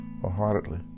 wholeheartedly